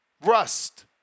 rust